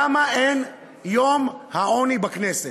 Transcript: למה אין יום העוני בכנסת?